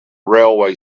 railway